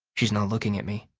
she's not looking at me,